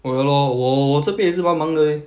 我 loh 我我这边也是蛮忙的 leh